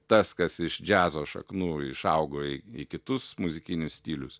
tas kas iš džiazo šaknų išaugo į į kitus muzikinius stilius